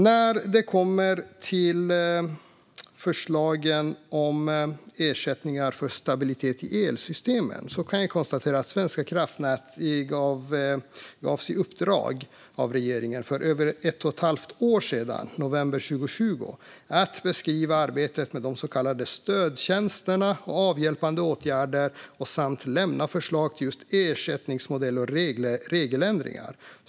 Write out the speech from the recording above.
När det kommer till förslagen om ersättningar för stabilitet i elsystemen kan jag konstatera att Svenska kraftnät gavs i uppdrag av regeringen för över ett och ett halvt år sedan, november 2020, att beskriva arbetet med så kallade stödtjänster och avhjälpande åtgärder samt lämna förslag till just ersättningsmodeller och regeländringar.